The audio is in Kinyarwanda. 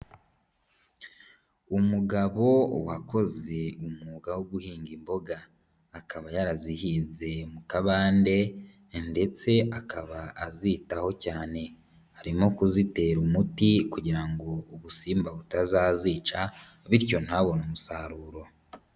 Umugabo wakoze umwuga wo guhinga imboga, akaba yarazihinze mu kabande ndetse akaba azitaho cyane, arimo kuzitera umuti kugira ngo ubusimba butazazica, bityo ntabone umusaruro.